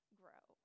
grow